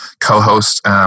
co-host